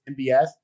MBS